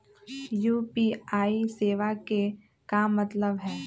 UPI सेवा के का मतलब है?